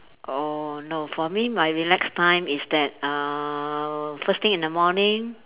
oh no for me my relax time is that uh first thing in the morning